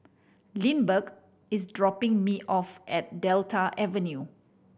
Lindbergh is dropping me off at Delta Avenue